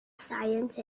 science